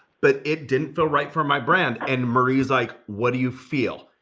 but it didn't feel right for my brand and marie's like, what do you feel?